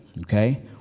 okay